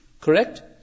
Correct